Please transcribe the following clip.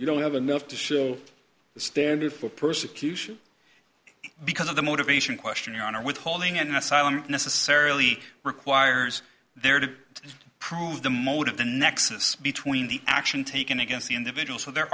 you don't have enough to show standard for persecution because of the motivation question your honor withholding an asylum necessarily requires there to prove the motive the nexus between the action taken against the individual so there